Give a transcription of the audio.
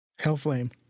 Hellflame